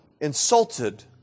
insulted